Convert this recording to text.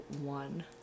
one